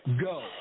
go